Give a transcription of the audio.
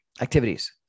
activities